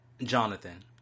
Jonathan